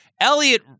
Elliot